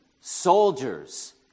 soldiers